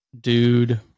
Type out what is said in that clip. Dude